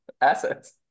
assets